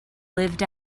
lived